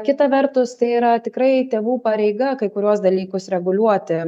kita vertus tai yra tikrai tėvų pareiga kai kuriuos dalykus reguliuoti